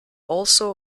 also